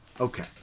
okay